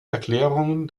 erklärungen